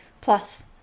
Plus